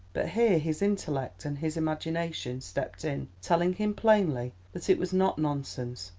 but here his intellect and his imagination stepped in, telling him plainly that it was not nonsense,